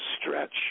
stretch